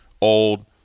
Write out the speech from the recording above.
old